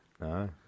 No